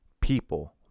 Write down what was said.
people